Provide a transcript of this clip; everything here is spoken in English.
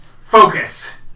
Focus